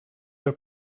your